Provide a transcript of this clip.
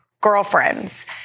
girlfriends